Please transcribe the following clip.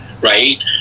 right